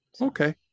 Okay